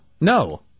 No